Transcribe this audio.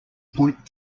point